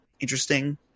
interesting